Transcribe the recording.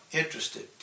interested